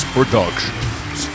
Productions